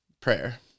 prayer